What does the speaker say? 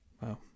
wow